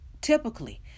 typically